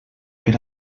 per